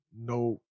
no